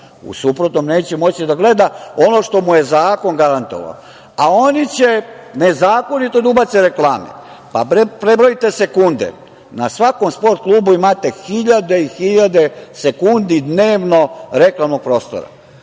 U suprotnom neće moći da gleda ono što mu je zakon garantovao, a oni će nezakonito da ubace reklame. Prebrojte sekunde. Na svakom "Sport klubu" imate hiljade i hiljade sekundi dnevno reklamnog prostora. Radio